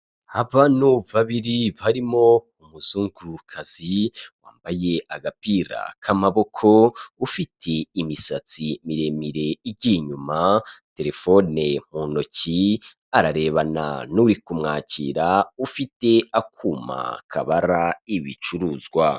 Abantu babiri barimo umuzungukazi, wambaye agapira k'amaboko, ufite imisatsi miremire igiye inyuma, terefone mu ntoki, ararebana n'uri kumwakira ufite akuma kabara ibicuruzwa.